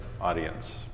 audience